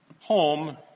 Home